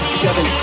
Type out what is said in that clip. seven